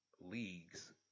leagues